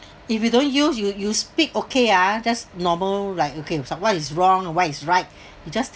if you don't use you you speak okay ah that's normal like okay it's like what is wrong what is right you just